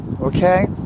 Okay